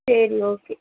சரி ஓகே